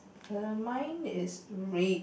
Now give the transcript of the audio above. err mine is red